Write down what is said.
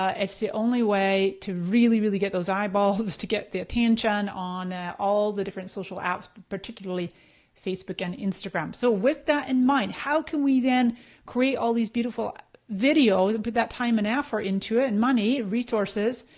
ah it's the only way to really really get those eyeballs, to get the attention on all the different social apps, particularly facebook and instagram. so with that in mind how can we then create all these beautiful videos and put that time and effort into it, money, resources.